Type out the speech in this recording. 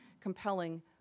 compelling